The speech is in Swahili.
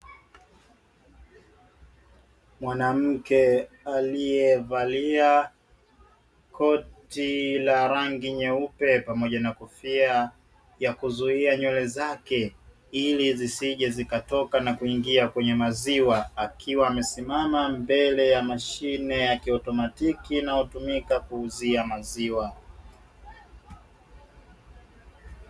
Mwanamke aliyevalia koti la rangi nyeupe pamoja na kofia ya kuzuia nywele zake ili zisije zikatoka na kuingia kwenye maziwa, akiwa amesimama mbele ya mashine ya kiotomatiki inayotumika kuuzia maziwa.